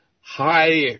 high